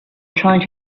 trying